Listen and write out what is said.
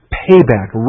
payback